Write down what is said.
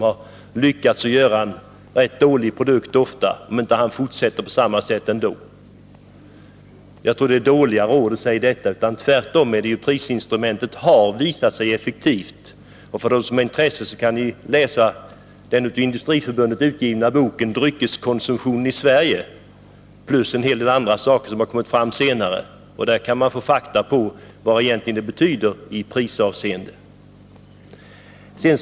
Han skulle fortsätta på samma sätt ändå. Jag tror att det är dåliga råd som man här försöker ge. Det är tvärtom så att prisinstrumentet har visat sig vara effektivt. De som är intresserade kan läsa den av Industriförbundet utgivna boken Dryckeskonsumtionen i Sverige, plus en del annat som kommit fram senare. Där finns fakta om vad det här egentligen betyder prismässigt.